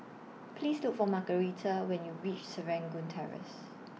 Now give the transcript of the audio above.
Please Look For Margarita when YOU REACH Serangoon Terrace